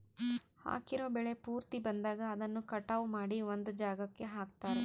ಹಾಕಿರೋ ಬೆಳೆ ಪೂರ್ತಿ ಬಂದಾಗ ಅದನ್ನ ಕಟಾವು ಮಾಡಿ ಒಂದ್ ಜಾಗಕ್ಕೆ ಹಾಕ್ತಾರೆ